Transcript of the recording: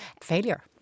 failure